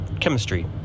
chemistry